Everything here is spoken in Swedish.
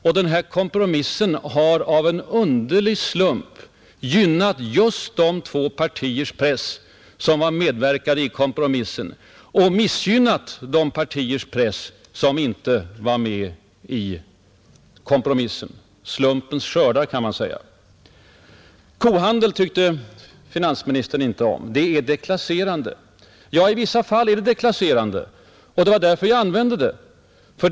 Och den kompromiss som träffades hade av en underlig slump gynnat just de två partiers press som medverkade i kompromissen och missgynnat de partiers press som inte var med. Slumpens skördar, kan man säga. Benämningen kohandel tyckte finansministern inte om; den är deklasserande. Ja, i vissa fall är den deklasserande, och det var därför jag använde uttrycket.